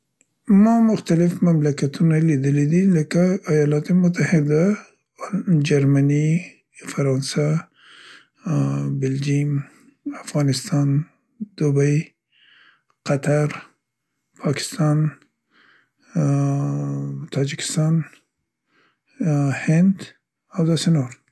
ما مختلف مملکتونه لیدلي دي لکه ایالات متحده، جرمني، فرانسه، ا، بلجیم، افغانستان، دوبۍ، قطر، پاکستان، ا ا، تاجکستان هند او داسې نور.